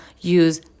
use